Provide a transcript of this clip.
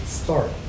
start